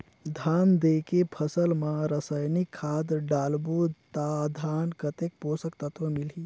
धान देंके फसल मा रसायनिक खाद डालबो ता धान कतेक पोषक तत्व मिलही?